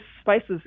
spices